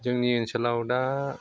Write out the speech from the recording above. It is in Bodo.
जोंनि ओनसोलाव दा